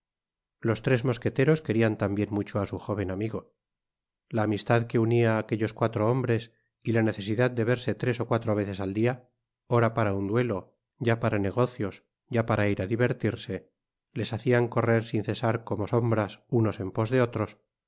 los tres mosqueteros querian tambien mucho á su jóven amigo la amistad que unia á aquellos cuatro hombres y la necesidad de verse tres ó cuatro veces al dia ora para un duelo ya para negocios ya para ir á divertirse les hacían correr sin cesar como sombras unos en pos de otros